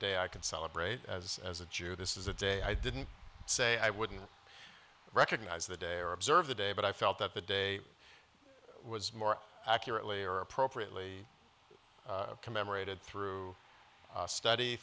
day i can celebrate as as a jew this is a day i didn't say i wouldn't recognize the day or observe the day but i felt that the day was more accurately or appropriately commemorated through study